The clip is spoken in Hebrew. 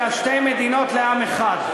אלא שתי מדינות לעם אחד.